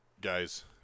guys